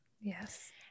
yes